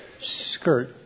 skirt